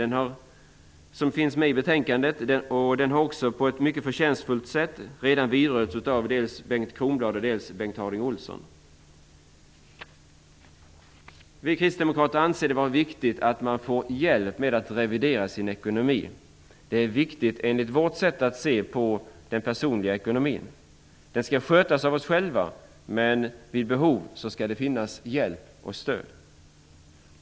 Den finns i betänkandet och har på ett mycket förtjänstfullt sätt redan vidrörts av dels Vi kristdemokrater anser det vara viktigt att man får hjälp med att revidera sin ekonomi. Det är viktigt enligt vårt sätt att se på den personliga ekonomin. Den skall skötas av oss själva, men vid behov skall det finnas hjälp och stöd.